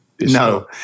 No